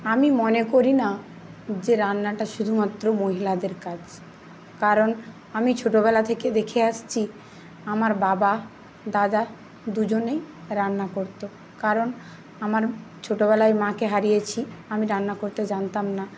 আমি মনে করি না যে রান্নাটা শুধুমাত্র মহিলাদের কাজ কারণ আমি ছোটোবেলা থেকে দেখে আসছি আমার বাবা দাদা দুজনেই রান্না করতো কারণ আমার ছোটোবেলায় মাকে হারিয়েছি আমি রান্না করতে জানতাম না